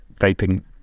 vaping